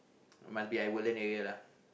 must be at Woodlands area lah